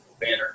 banner